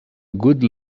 good